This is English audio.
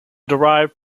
derived